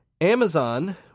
Amazon